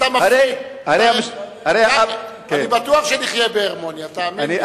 אני בטוח שנחיה בהרמוניה, תאמין לי.